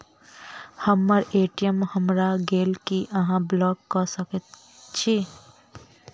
हम्मर ए.टी.एम हरा गेल की अहाँ ब्लॉक कऽ सकैत छी?